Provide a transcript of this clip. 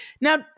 now